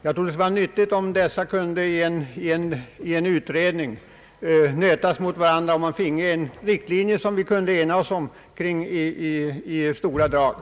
Det skulle vara nyttigt om dessa ståndpunkter finge nötas mot varandra i en utredning. Då kunde man kanske nå bättre enighet om en näringspolitik som vore till gagn för utveckling och standardhöjning.